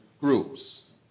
groups